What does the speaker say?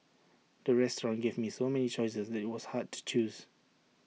the restaurant gave me so many choices that IT was hard to choose